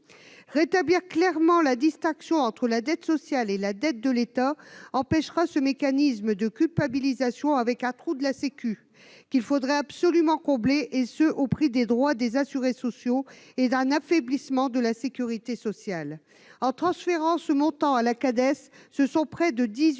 Rétablir clairement la distinction entre la dette sociale et la dette de l'État empêchera ce mécanisme de culpabilisation, avec un « trou de la sécu » qu'il faudrait absolument combler, et ce au prix d'une perte de droits pour les assurés sociaux et d'un affaiblissement de la sécurité sociale. En transférant ce montant à la Cades, ce sont près de 18